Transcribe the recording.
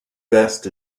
vest